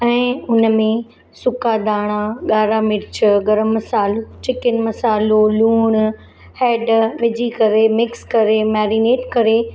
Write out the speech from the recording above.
ऐं उन में सुका दाणा ॻाढ़ा मिर्चु गरम मसाल्हो चिकन मसाल्हो लूणु हैठि विझी करे मिक्स करे मैरिनेट करे